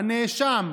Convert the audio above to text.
"הנאשם".